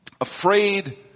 afraid